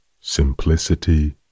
Simplicity